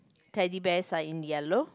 Teddy Bears are in yellow